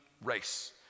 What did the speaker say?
race